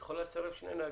היא יכולה לצרף שני נהגים,